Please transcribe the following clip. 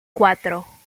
cuatro